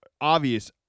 obvious